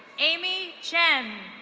amy chen.